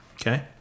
Okay